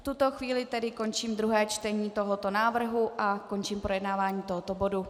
V tuto chvíli tedy končím druhé čtení tohoto návrhu a končím projednávání tohoto bodu.